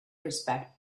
respect